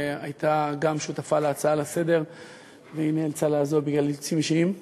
שהייתה שותפה להצעה לסדר-היום ונאלצה לעזוב בגלל אילוצים אישיים.